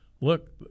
look